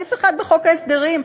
סעיף אחד בחוק ההסדרים,